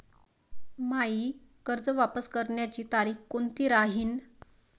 मायी कर्ज वापस करण्याची तारखी कोनती राहीन?